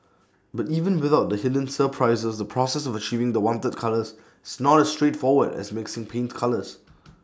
but even without the hidden surprises the process of achieving the wanted colours is not as straightforward as mixing paint colours